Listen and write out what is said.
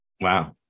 Wow